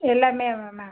எல்லாம் மேம்